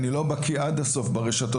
אני לא בקיא עד הסוף ברשתות.